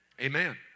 Amen